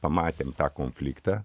pamatėm tą konfliktą